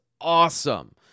awesome